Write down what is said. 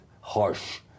harsh